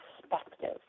perspective